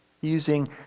using